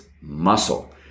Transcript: muscle